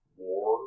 war